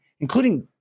including